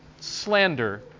Slander